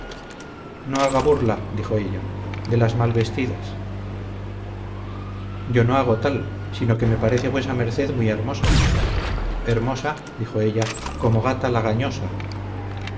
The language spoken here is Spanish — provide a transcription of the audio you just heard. no haga burla dijo ella de las mal vestidas yo no hago tal sino que me parece vuesa merced muy hermosa hermosa dijo ella como gata lagañosa